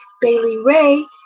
Bailey-Ray